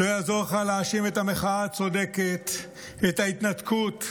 לא יעזור לך להאשים את המחאה הצודקת, את ההתנתקות,